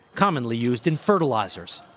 commonly used in fertilizers.